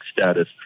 status